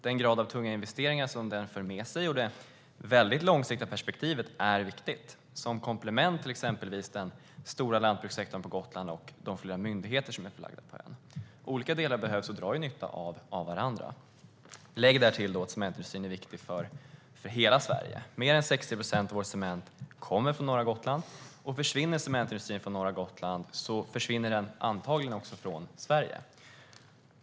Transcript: Den grad av tunga investeringar som den för med sig och det långsiktiga perspektivet är viktiga som komplement till exempelvis den stora lantbrukssektorn på Gotland och de myndigheter som är förlagda till ön. Olika delar behövs och drar nytta av varandra. Därtill lägger vi att cementindustrin är viktig för hela Sverige. Mer än 60 procent av vår cement kommer från norra Gotland, och om cementindustrin försvinner därifrån försvinner den antagligen också från Sverige.